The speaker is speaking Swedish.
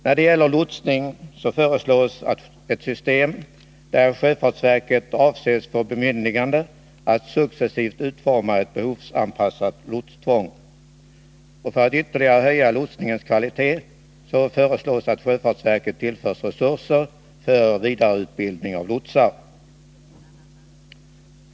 När det gäller lotsning föreslås ett system där sjöfartsverket avses få bemyndigande att successivt utforma ett behovsanpassat lotstvång. För att ytterligare höja lotsningens kvalitet föreslås att sjöfartsverket tillförs resurser för vidareutbildning av lotsar.